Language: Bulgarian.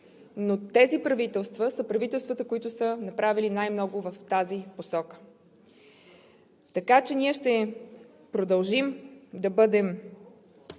но тези правителства са правителствата, направили най-много в тази посока. Така че ние ще продължим да бъдем